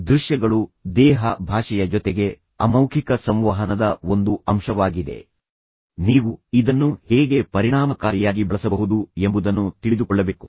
ದೃಶ್ಯಗಳು ದೇಹ ಭಾಷೆಯ ಜೊತೆಗೆ ಅಮೌಖಿಕ ಸಂವಹನದ ಒಂದು ಅಂಶವಾಗಿದೆ ನೀವು ಇದನ್ನು ಹೇಗೆ ಪರಿಣಾಮಕಾರಿಯಾಗಿ ಬಳಸಬಹುದು ಎಂಬುದನ್ನು ಸಹ ನೀವು ತಿಳಿದುಕೊಳ್ಳಬೇಕು